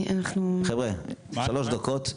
חבר'ה, שלוש דקות.